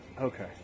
Okay